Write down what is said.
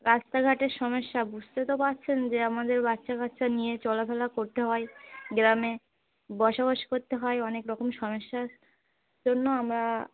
রাস্তাঘাটের সমস্যা বুঝতে তো পারছেন যে আমাদের বাচ্চা কাচ্চা নিয়ে চলাফেরা করতে হয় গ্রামে বসবাস করতে হয় অনেক রকম সমস্যার জন্য আমরা